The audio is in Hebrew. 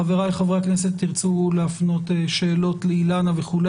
חבריי חברי הכנסת, תרצו להפנות שאלות לאילנה וכו'?